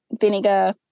vinegar